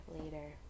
later